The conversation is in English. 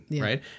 right